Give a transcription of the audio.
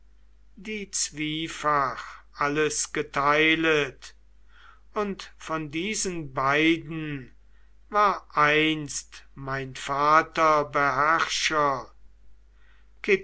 die zwiefach alles geteilet und von diesen beiden war einst mein vater beherrscher